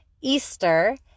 Easter